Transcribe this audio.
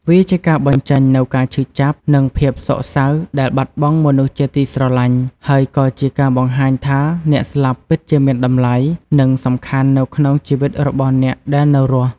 វាជាការបញ្ចេញនូវការឈឺចាប់ និងភាពសោកសៅដែលបាត់បង់មនុស្សជាទីស្រឡាញ់ ហើយក៏ជាការបង្ហាញថាអ្នកស្លាប់ពិតជាមានតម្លៃ និងសំខាន់នៅក្នុងជីវិតរបស់អ្នកដែលនៅរស់។